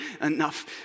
enough